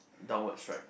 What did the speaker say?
downward stripe